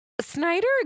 snyder